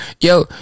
yo